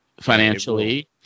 financially